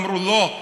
אמרו: לא,